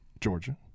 Georgia